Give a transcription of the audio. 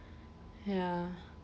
ya